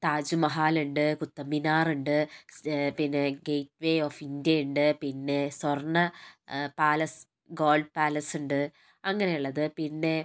താജ് മഹാൽ ഉണ്ട് കുത്തബ് മിനാർ ഉണ്ട് പിന്നെ ഗേറ്റ്വേ ഓഫ് ഇന്ത്യ ഉണ്ട് സ്വർണ്ണ പാലസ് ഗോൾഡ് പാലസ് ഉണ്ട് അങ്ങനെ ഉള്ളത് പിന്നെ